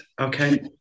Okay